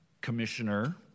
commissioner